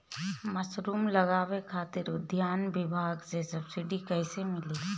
Mushroom लगावे खातिर उद्यान विभाग से सब्सिडी कैसे मिली?